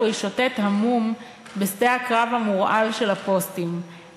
אחר כך הוא ישוטט המום בשדה הקרב המורעל של הפוסטים,